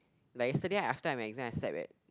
like yesterday after my exam I slept leh